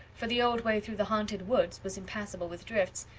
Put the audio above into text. for the old way through the haunted wood was impassable with drifts,